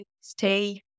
stay